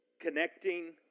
connecting